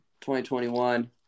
2021